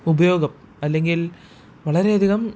ഉപയോഗം അല്ലെങ്കിൽ വളരെയധികം